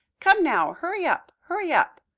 come now, hurry up, hurry up.